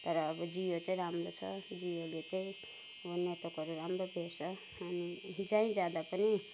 तर अब जियो चाहिँ राम्रो छ जियोले चाहिँ अब नेटवर्कहरू राम्रो भेट्छ अनि जहीँ जाँदा पनि